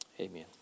Amen